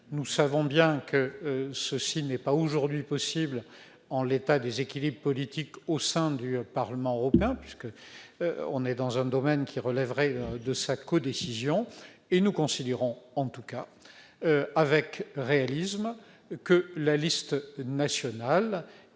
Nous savons bien que ce n'est pas possible en l'état des équilibres politiques au sein du Parlement européen, puisque nous sommes dans un domaine qui relève de la codécision. Nous considérons en tout cas avec réalisme que la liste nationale